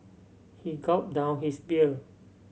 he gulped down his beer